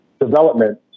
development